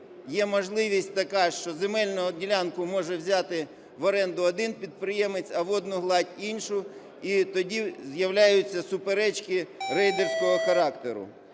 є можливість така, що земельну ділянку може взяти в оренду один підприємець, а водну гладь інший, і тоді з'являються суперечки рейдерського характеру.